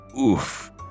oof